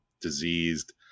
diseased